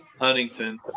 Huntington